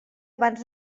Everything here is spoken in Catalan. abans